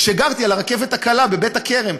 כשגרתי על-יד הרכבת הקלה בבית-הכרם.